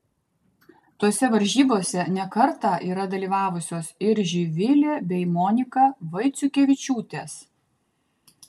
tose varžybose ne kartą yra dalyvavusios ir živilė bei monika vaiciukevičiūtės